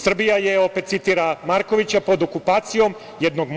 Srbija je - opet citira Markovića - pod okupacijom jednog